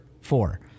four